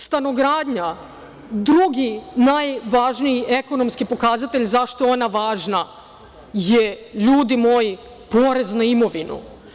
Stanogradnja, drugi najvažniji ekonomski pokazatelj zašto je ona važna, je ljudi moji, porez na imovinu.